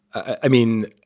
i mean,